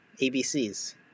ABCs